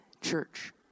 church